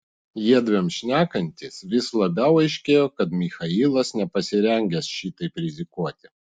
jiedviem šnekantis vis labiau aiškėjo kad michailas nepasirengęs šitaip rizikuoti